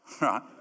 right